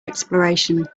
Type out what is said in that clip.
exploration